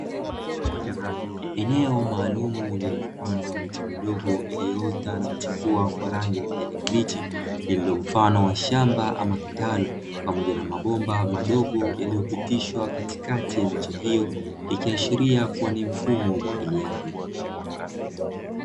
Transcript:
Eneo maalumu lililopandwa miche midogo iliyooata na kuchipua kwa rangi ya kijani kibichi lililo mfano wa shamba ama kitalu pamoja na mabomba madogo yaliyopitishwa katikati ya miche hiyo ikiashiria kuwa ni mfumo wa umwagiliaji.